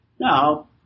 Now